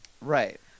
right